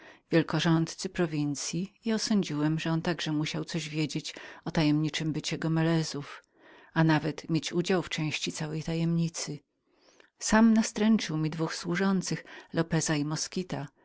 gubernatorowi miasta i osądziłem że on także musiał coś wiedzieć o tajemniczym bycie gomelezów a nawet mieć udział w części całej tajemnicy gubernator sam nastręczył mi dwóch służących lopeza i